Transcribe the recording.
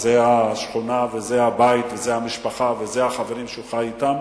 וזה השכונה וזה הבית וזה המשפחה וזה החברים שהוא חי אתם.